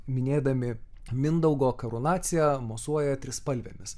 minėdami mindaugo karūnaciją mosuoja trispalvėmis